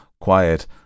quiet